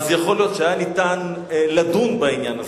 יכול להיות שהיה ניתן לדון בעניין הזה.